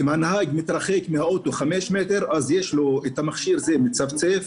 אם הנהג מתרחק מן האוטו למרחק חמישה מטרים אז המכשיר שלו מצפצף,